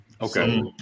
Okay